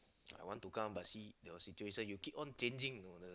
I want to come but see your situation you keep on changing the